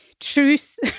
truth